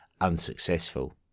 unsuccessful